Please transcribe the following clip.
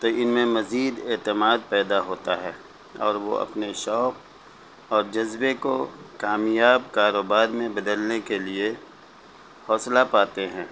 تو ان میں مزید اعتماد پیدا ہوتا ہے اور وہ اپنے شوق اور جذبے کو کامیاب کاروبار میں بدلنے کے لیے حوصلہ پاتے ہیں